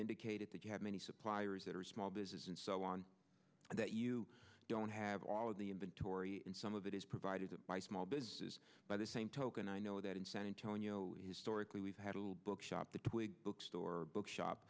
indicated that you have many suppliers that are small business and so on that you don't have all of the inventory and some of that is provided by small businesses by the same token i know that in san antonio historically we've had a little book shop at the bookstore bookshop